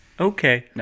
Okay